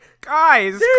Guys